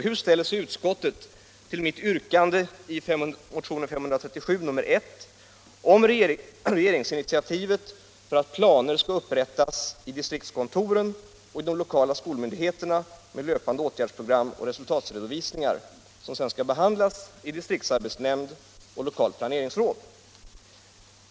Hur ställer sig då utskottet till mitt yrkande 1 i motionen 537 om regeringsinitiativ till att planer upprättas av distriktskontoren och de lokala skolmyndigheterna med löpande åtgärdsprogram och resultatredovisningar, som sedan skall behandlas av distriktsarbetsnämnder och lokala planeringsråd?